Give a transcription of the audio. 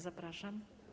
Zapraszam.